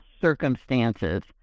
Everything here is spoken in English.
circumstances